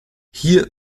hier